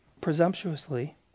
presumptuously